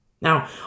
Now